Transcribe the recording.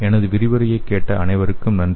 எனது விரிவுரையை கேட்ட அனைவருக்கும் நன்றி